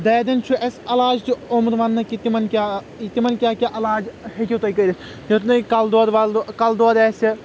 دادٮ۪ن چُھ اَسہِ علاج تہِ آمُت وننہِ کہ تِمن کیٛاہ کیٛاہ علاج ہیٚکِو تُہۍ کٔرِتھ کلہٕ دود ولہٕ دود کلہٕ دود آسہِ